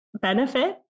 benefit